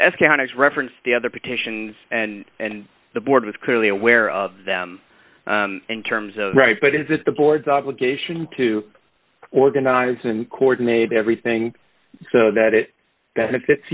the counties referenced the other petitions and and the board is clearly aware of them in terms of rights but it is the board's obligation to organize and coordinated everything so that it benefits